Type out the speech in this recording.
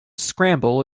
scramble